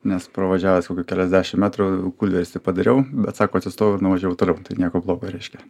nes pravažiavęs keliasdešim metrų kūlverstį padariau bet sako atsistojau ir nuvažiavau toliau tai nieko blogo reiškia